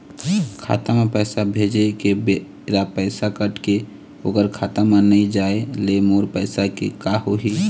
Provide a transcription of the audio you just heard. खाता म पैसा भेजे के बेरा पैसा कट के ओकर खाता म नई जाय ले मोर पैसा के का होही?